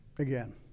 Again